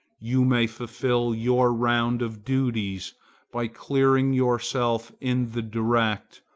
you may fulfil your round of duties by clearing yourself in the direct,